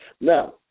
now